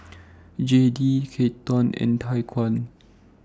Jayde Keaton and Tyquan